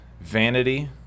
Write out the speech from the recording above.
Vanity